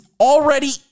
already